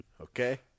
okay